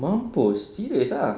mampus serious ah